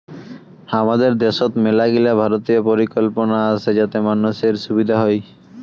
হামাদের দ্যাশোত মেলাগিলা ভারতীয় পরিকল্পনা আসে যাতে মানসির সুবিধা হই